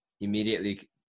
immediately